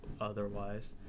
otherwise